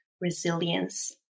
resilience